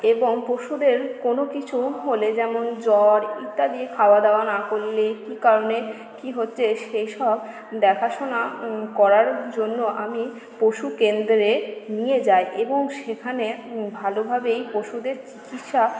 এবং পশুদের কোনো কিছু হলে যেমন জ্বর ইত্যাদি খাওয়া দাওয়া না করলে কি কারণে কি হচ্ছে সে সব দেখাশোনা করার জন্য আমি পশুকেন্দ্রে নিয়ে যাই এবং সেখানে ভালোভাবেই পশুদের চিকিৎসা